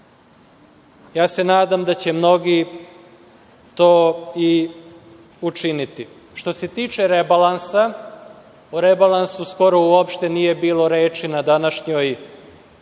i nadam se da će mnogi to i učiniti. Što se tiče rebalansa, o rebalansu skoro uopšte nije bilo reči na današnjem